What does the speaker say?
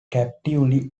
captivity